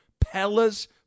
Pella's